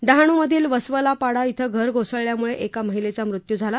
डहाण्मधील वसवलापाडा ॐ घर कोसळल्यामुळं एका महिलेचा मृत्यू झाला